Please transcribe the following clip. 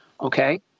Okay